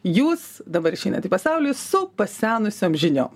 jūs dabar išeinat į pasaulį su pasenusiom žiniom